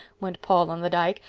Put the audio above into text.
went paul on the dyke,